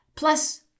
Plus